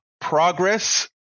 progress